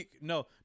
No